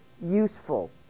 useful